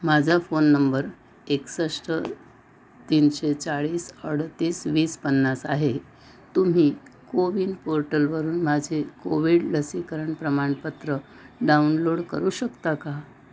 माझा phone number एकसष्ट तीनशे चाळीस अडतीस वीस पन्नास आहे तुम्ही को विन पोर्टलवरून माझे कोविड लसीकरण प्रमाणपत्र डाउनलोड करू शकता का